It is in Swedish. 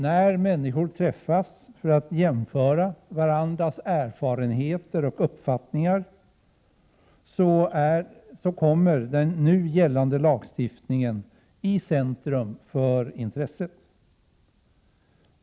När människor träffas för att jämföra erfarenheter och uppfattningar kommer den nu gällande lagstiftningen i centrum för intresset.